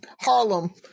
Harlem